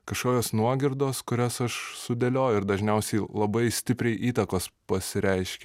kažkokios nuogirdos kurias aš sudėlioju ir dažniausiai labai stipriai įtakos pasireiškia